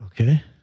Okay